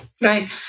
Right